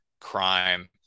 crime